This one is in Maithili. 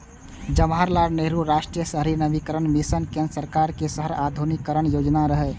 जवाहरलाल नेहरू राष्ट्रीय शहरी नवीकरण मिशन केंद्र सरकार के शहर आधुनिकीकरण योजना रहै